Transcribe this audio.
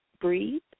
Breathe